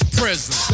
prison